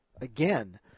again